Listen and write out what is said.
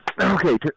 Okay